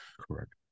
Correct